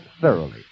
thoroughly